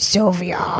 Sylvia